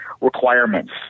requirements